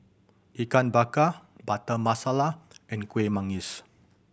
Ikan Bakar Butter Masala and Kuih Manggis